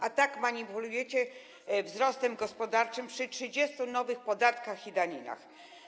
A tak manipulujecie wzrostem gospodarczym przy 30 nowych podatkach i daninach.